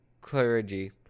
clergy